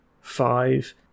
five